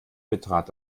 betrat